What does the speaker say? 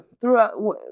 throughout